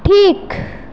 ঠিক